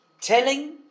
telling